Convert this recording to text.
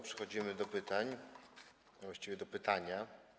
Przechodzimy do pytań, a właściwie do pytania.